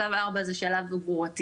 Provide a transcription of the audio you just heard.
שלב ארבע הוא שלב גרורתי